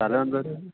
സ്ഥലം എന്തോരം വരും